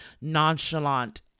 nonchalant